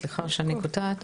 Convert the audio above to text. סליחה שאני קוטעת,